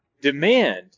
demand